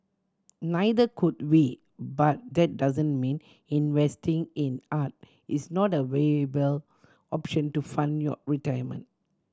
neither could we but that doesn't mean investing in art is not a viable option to fund your retirement